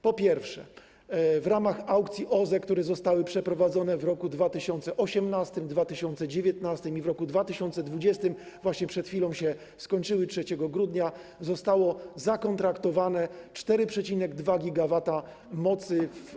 Po pierwsze, w ramach aukcji OZE, które zostały przeprowadzone w roku 2018, roku 2019 i roku 2020, właśnie przed chwilą się skończyły, 3 grudnia, zostało zakontraktowane 4,2 GW mocy.